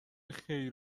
خیر